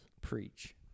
Preach